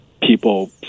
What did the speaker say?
people